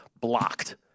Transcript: blocked